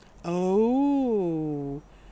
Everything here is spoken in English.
oh